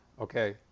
okay